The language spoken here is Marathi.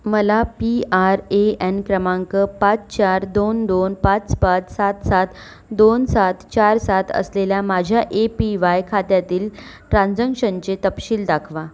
मला पी आर ए एन क्रमांक पाच चार दोन दोन पाच पाच सात सात दोन सात चार सात असलेल्या माझ्या ए पी वाय खात्यातील ट्रान्झंक्शनचे तपशील दाखवा